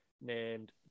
Named